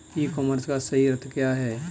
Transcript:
ई commerce का सही अर्थ क्या है?